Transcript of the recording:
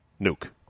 nuke